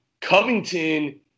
Covington